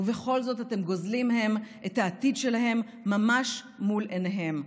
ובכל זאת אתם גוזלים מהם את העתיד שלהם ממש מול עיניהם",